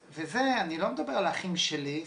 אני לא מדבר על האחים שלי,